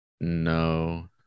No